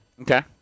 Okay